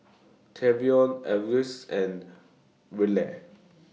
Tavion Alvis and Rella